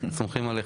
אנחנו סומכים עליך.